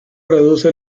reduce